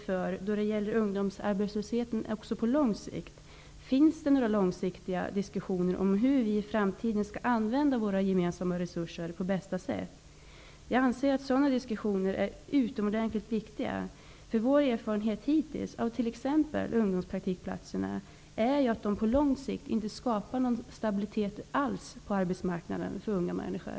Förekommer det några långsiktiga diskussioner om hur vi i framtiden skall använda våra gemensamma resurser på bästa sätt? Jag anser att sådana diskussioner är utomordentligt viktiga. Vår erfarenhet hittills t.ex. av ungdomspraktikplatserna är att de på lång sikt inte skapar någon stabilitet alls på arbetsmarknaden när det gäller unga människor.